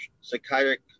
psychiatric